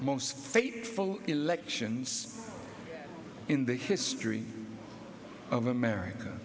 most fateful elections in the history of america